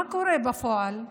מה קורה בפועל?